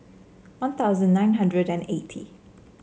One Thousand nine hundred and eighty